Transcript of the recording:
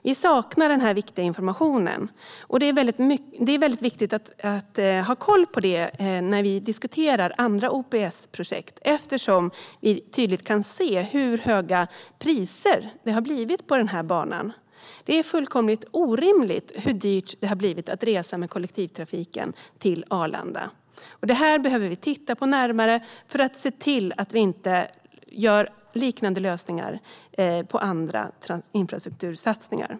Vi saknar denna information, och det är viktigt att ha koll på den när vi diskuterar andra OPS-projekt eftersom vi ser hur höga priser det har blivit på denna bana. Det är fullkomligt orimligt hur dyrt det har blivit att resa till Arlanda med kollektivtrafik. Detta behöver man titta närmare på för att se till att inte liknande lösningar görs i andra infrastruktursatsningar.